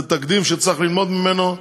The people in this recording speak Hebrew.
זה תקדים שצריך ללמוד ממנו.